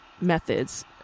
methods